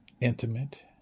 intimate